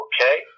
Okay